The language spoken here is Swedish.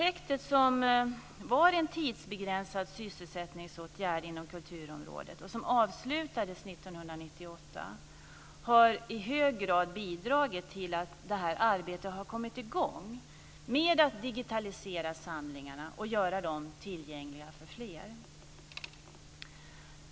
1998, har i hög grad bidragit till att arbetet har kommit i gång med att digitalisera samlingarna och göra dem tillgängliga för fler.